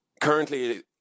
currently